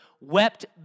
wept